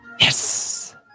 Yes